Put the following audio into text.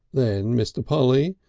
then mr. polly,